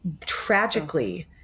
tragically